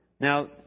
Now